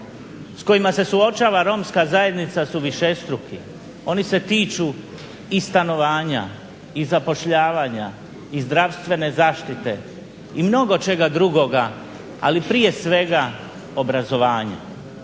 s kojima se suočava romska zajednica su višestruki oni se tiču i stanovanja, i zapošljavanja, i zdravstvene zaštite i mnogo čega drugoga, ali prije svega obrazovanja.